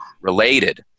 related